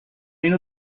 اینو